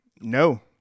No